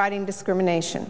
fighting discrimination